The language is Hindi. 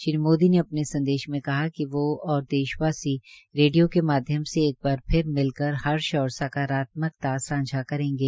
श्री मोदी ने अपने संदेश में कहा कि वो और देशवासी रेडियो के माध्यम से एक बार फिर मिलकर हर्ष और सकारात्मकता सांझा करेंगे